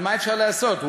אבל מה אפשר לעשות,